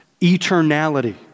eternality